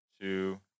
two